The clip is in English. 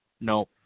No